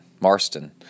Marston